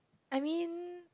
I mean